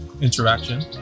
interaction